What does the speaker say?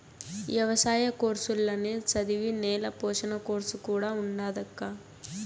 ఎవసాయ కోర్సుల్ల నే చదివే నేల పోషణ కోర్సు కూడా ఉండాదక్కా